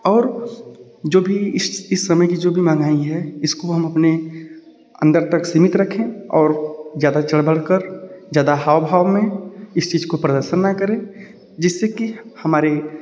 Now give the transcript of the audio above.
और जो भी इस इस समय की जो भी महँगाई है इसको हम अपने अंदर तक सीमित रखें और ज्यााद चढ़ बढ़कर ज्यादा हाव भाव में इस चीज का प्रदर्शन ना करें जिससे कि हमारी